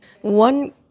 one